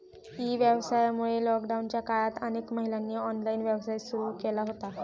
E व्यवसायामुळे लॉकडाऊनच्या काळात अनेक महिलांनी ऑनलाइन व्यवसाय सुरू केला होता